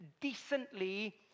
decently